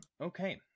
Okay